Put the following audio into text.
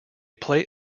play